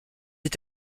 est